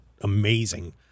amazing